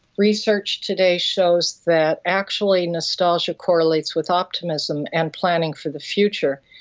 research today shows that actually nostalgia correlates with optimism and planning for the future,